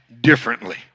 differently